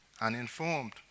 uninformed